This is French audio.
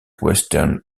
western